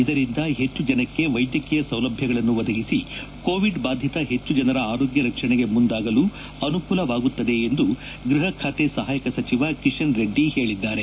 ಇದರಿಂದ ಹೆಚ್ಚು ಜನಕ್ಕೆ ವೈದ್ಯಕೀಯ ಸೌಲಭ್ಯಗಳನ್ನು ಒದಗಿಸಿ ಕೋವಿಡ್ ಬಾಧಿತ ಹೆಚ್ಚು ಜನರ ಆರೋಗ್ಯ ರಕ್ಷಣೆಗೆ ಮುಂದಾಗಲು ಅನುಕೂಲವಾಗುತ್ತದೆ ಎಂದು ಗ್ಬಹ ಖಾತೆ ಸಹಾಯಕ ಸಚಿವ ಕಿಶನ್ ರೆದ್ದಿ ಹೇಳಿದ್ದಾರೆ